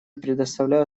предоставлю